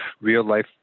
real-life